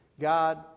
God